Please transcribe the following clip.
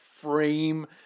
frame